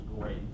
great